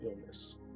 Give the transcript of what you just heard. illness